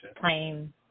plain